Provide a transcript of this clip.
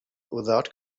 without